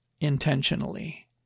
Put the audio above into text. intentionally